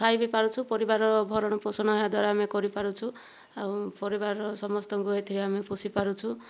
ଖାଇ ବି ପାରୁଛୁ ପରିବାରର ଭରଣପୋଷଣ ଏହାଦ୍ଵାରା ଆମେ କରିପାରୁଛୁ ଆଉ ପରିବାରର ସମସ୍ତଙ୍କୁ ଏଥିରେ ଆମେ ପୋଷିପାରୁଛୁ